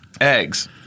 eggs